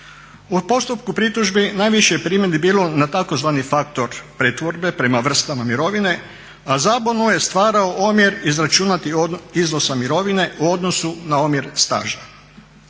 U postupku pritužbi najviše je primjedbi bilo na tzv. faktor pretvorbe prema vrstama mirovine, a zabunu je stvarao omjer izračunatih iznosa mirovine u odnosu na omjer staža.